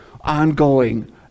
ongoing